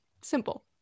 Simple